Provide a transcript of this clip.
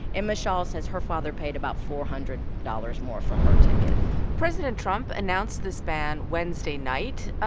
emma shaw says her father paid about four hundred dollars more for her ticket president trump announced this ban wednesday night.